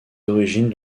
origines